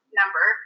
number